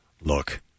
look